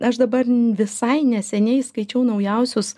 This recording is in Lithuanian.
aš dabar visai neseniai skaičiau naujausius